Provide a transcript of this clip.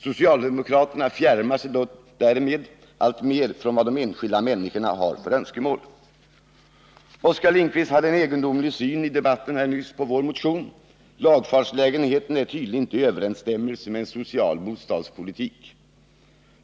Socialdemokraterna fjärmar sig dock därmed mer och mer från vad de enskilda människorna har för önskemål. Oskar Lindkvist hade i debatten här en egendomlig syn på vår motion. Lagfartslägenheter står tydligen enligt hans uppfattning inte i överensstämmelse med en social bostadspolitik.